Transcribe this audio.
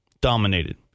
Dominated